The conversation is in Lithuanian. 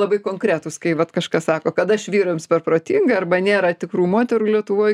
labai konkretūs kai vat kažkas sako kad aš vyrams per protinga arba nėra tikrų moterų lietuvoj